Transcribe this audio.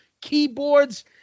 Keyboards